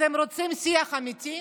אתם רוצים שיח אמיתי?